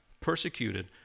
persecuted